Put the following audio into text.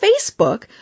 Facebook